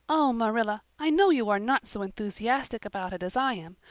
oh, marilla, i know you are not so enthusiastic about it as i am,